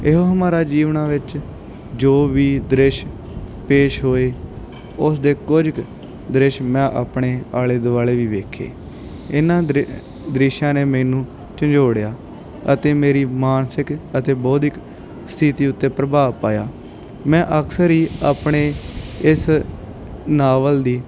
ਇਹੋ ਹਮਾਰਾ ਜੀਵਣਾ ਵਿੱਚ ਜੋ ਵੀ ਦ੍ਰਿਸ਼ ਪੇਸ਼ ਹੋਏ ਉਸਦੇ ਕੁਝ ਦ੍ਰਿਸ਼ ਮੈਂ ਆਪਣੇ ਆਲੇ ਦੁਆਲੇ ਵੀ ਵੇਖੇ ਇਹਨਾਂ ਦ੍ਰਿਸ਼ ਦ੍ਰਿਸ਼ਾਂ ਨੇ ਮੈਨੂੰ ਝੰਜੋੜਿਆ ਅਤੇ ਮੇਰੀ ਮਾਨਸਿਕ ਅਤੇ ਬੌਧਿਕ ਸਥਿਤੀ ਉੱਤੇ ਪ੍ਰਭਾਵ ਪਾਇਆ ਮੈਂ ਅਕਸਰ ਹੀ ਆਪਣੇ ਇਸ ਨਾਵਲ ਦੀ